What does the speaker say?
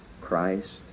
Christ